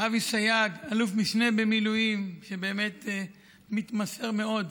אלוף משנה במילואים אבי סייג, שבאמת מתמסר מאוד,